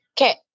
Okay